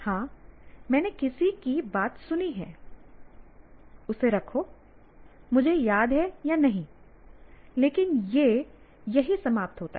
हां मैंने किसी की बात सुनी है उसे रखो मुझे याद है या नहीं लेकिन यह यही समाप्त होता है